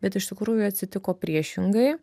bet iš tikrųjų atsitiko priešingai